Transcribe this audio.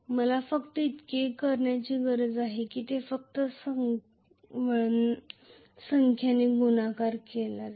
मला फक्त इतके करण्याची गरज आहे की हे फक्त वळण संख्येने गुणाकार करा